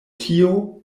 tio